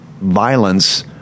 violence